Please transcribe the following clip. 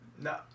No